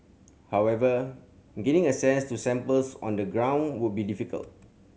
however gaining access to samples on the ground would be difficult